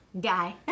Guy